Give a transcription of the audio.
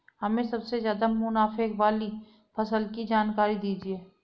हमें सबसे ज़्यादा मुनाफे वाली फसल की जानकारी दीजिए